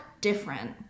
different